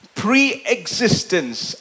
pre-existence